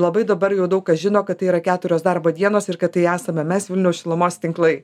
labai dabar jau daug kas žino kad tai yra keturios darbo dienos ir kad tai esame mes vilniaus šilumos tinklai